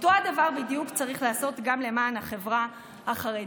את אותו הדבר בדיוק צריך לעשות גם למען החברה החרדית.